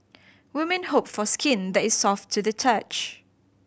women hope for skin that is soft to the touch